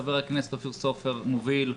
ח"כ אופיר סופר מוביל,